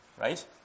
right